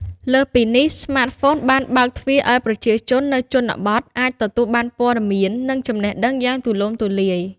លើសពីនេះ ស្មាតហ្វូនបានបើកទ្វារឲ្យប្រជាជននៅជនបទអាច ទទួលបានព័ត៌មាន និងចំណេះដឹងយ៉ាងទូលំទូលាយ។